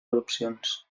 erupcions